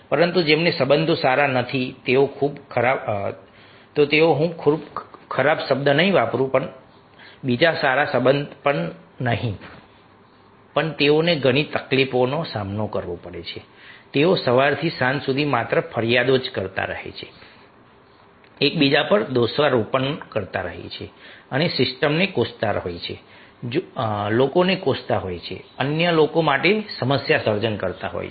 પરંતુ જેમના સંબંધો સારા નથી તેઓ હું ખરાબ શબ્દ વાપરીશ નહિ બીજા સાથે સારા સંબંધ નહિ પણ તેઓને ઘણી તકલીફોનો સામનો કરવો પડે છે તેઓ સવારથી સાંજ સુધી માત્ર ફરિયાદો કરતા જ રહે છે એકબીજા પર દોષારોપણ કરતા હોય છે અને સિસ્ટમને કોસતા હોય છે લોકોને કોસતા હોય છે અન્ય લોકો માટે સમસ્યાસર્જન કરતા હોય છે